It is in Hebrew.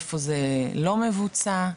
איפה זה לא מבוצע,